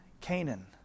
Canaan